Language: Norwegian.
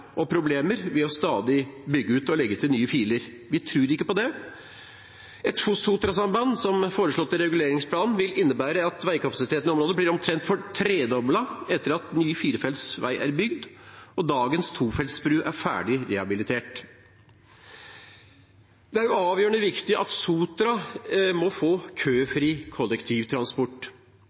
og problemer ved stadig å bygge ut og å legge til nye filer. Vi tror ikke på det. Et sotrasamband som foreslått i reguleringsplanen vil innebære at veikapasiteten i området blir omtrent tredoblet etter at ny firefelts vei er bygd og dagens tofelts bru er ferdig rehabilitert. Det er avgjørende viktig at Sotrasambandet må få køfri kollektivtransport.